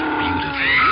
beautiful